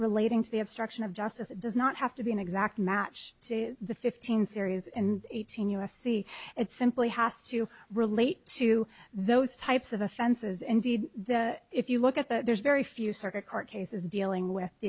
relating to the obstruction of justice it does not have to be an exact match to the fifteen series and eighteen u s c it simply has to relate to those types of offenses indeed if you look at that there's very few circuit court cases dealing with